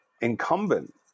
incumbent